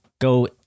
go